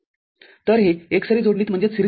तर हे एकसरी जोडणीत आहे